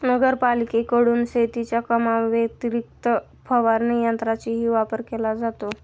नगरपालिकेकडून शेतीच्या कामाव्यतिरिक्त फवारणी यंत्राचाही वापर केला जातो